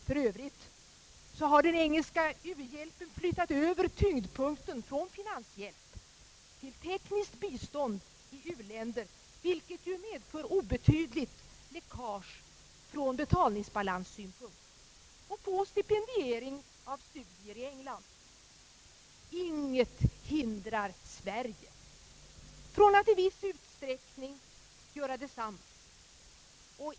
För övrigt har den engelska u-hjälpen flyttat över tyngdpunkten från finanshjälp till tekniskt bistånd i u-länder, vilket ju medför obetydligt läckage ur betalningsbalanssynpunkt, och på stipendiering av studier i England. Ingenting hindrar Sverige från att i viss utsträckning göra detsamma.